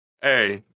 Hey